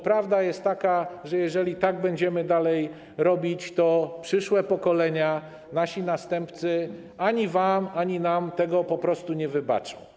Prawda jest taka, że jeżeli tak będziemy dalej robić, to przyszłe pokolenia, nasi następcy, ani wam, ani nam tego nie wybaczą.